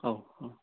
औ ओं